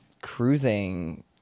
cruising